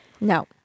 No